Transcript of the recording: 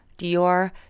Dior